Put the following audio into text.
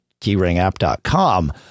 keyringapp.com